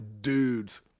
dudes